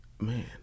man